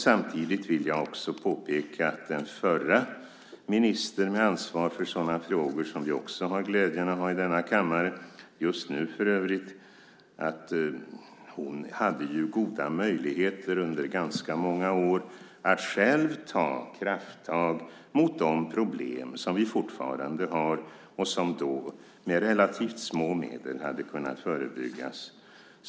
Samtidigt vill jag också påpeka att den förra ministern med ansvar för sådana frågor, som vi just nu också har glädjen att ha i denna kammare, hade goda möjligheter under ganska många år att själv ta krafttag mot de problem som vi fortfarande har och som då med relativt små medel hade kunnat förebyggas.